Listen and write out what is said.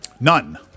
None